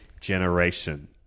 generation